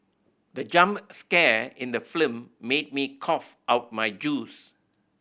the jump scare in the film made me cough out my juice